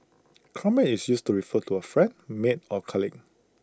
comrade is used to refer to A friend mate or colleague